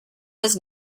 was